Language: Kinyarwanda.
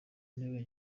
ntebe